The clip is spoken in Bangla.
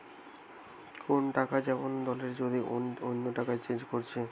কোন টাকা যেমন দলের যদি অন্য টাকায় চেঞ্জ করতিছে